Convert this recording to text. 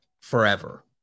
forever